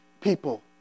people